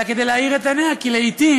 אלא כדי להאיר את עיניה, כי לעיתים,